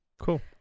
Cool